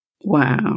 Wow